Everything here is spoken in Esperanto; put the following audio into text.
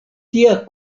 tia